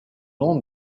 nom